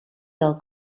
del